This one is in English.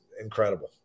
incredible